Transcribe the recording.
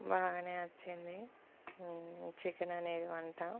బాగా వచ్చింది చికెన్ అనేది వంట